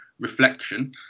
reflection